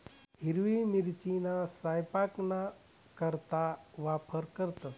हिरवी मिरचीना सयपाकना करता वापर करतंस